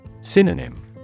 Synonym